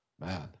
Man